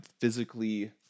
physically